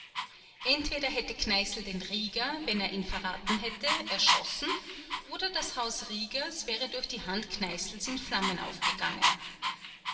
entweder hätte kneißl den rieger wenn er ihn verraten hätte erschossen oder das haus riegers wäre durch die hand kneißls in flammen aufgegangen